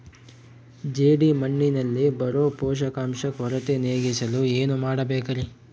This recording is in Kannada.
ಜೇಡಿಮಣ್ಣಿನಲ್ಲಿ ಬರೋ ಪೋಷಕಾಂಶ ಕೊರತೆ ನೇಗಿಸಲು ಏನು ಮಾಡಬೇಕರಿ?